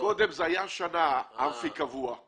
קודם האישור לאמפיתיאטרון קבוע היה לשנה.